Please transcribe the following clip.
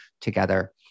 together